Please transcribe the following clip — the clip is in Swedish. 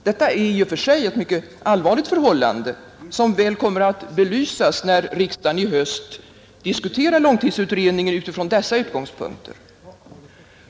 Detta är i och för sig ett mycket allvarligt förhållande, som väl kommer att belysas när riksdagen i höst diskuterar långtidsutredningen utifrån dessa utgångspunkter.